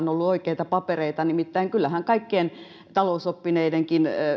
on ollut oikeita papereita nimittäin kyllähän kaikkien talousoppineidenkin